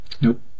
nope